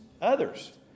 others